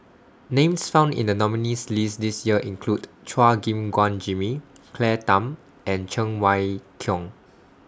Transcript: Names found in The nominees' list This Year include Chua Gim Guan Jimmy Claire Tham and Cheng Wai Keung